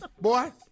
Boy